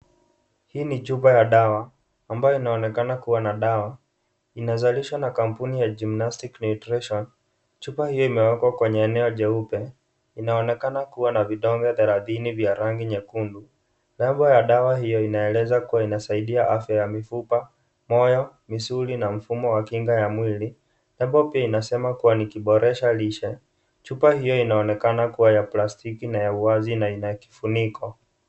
Hii ni chumba ya dawa ambayo inaonekana kuwa na dawa. Inazalishwa na kampuni ya gymnastics nutrition . Chupa hii imewekwa kwenye eneo jeupe. Inaonekana kuwa na vidonge thelathini vya rangi nyekundu. Nembo ya dawa hiyo inaeleza kuwa inasaidia afya ya mifupa, moyo, misuli na mfumo wa kinga ya mwili. Nembo pia inasema kuwa ni kiboresha lishe. Chupa hiyo inaonekana kuwa ya plastiki na ya uwazi na ina kifuniko.